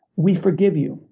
we forgive you.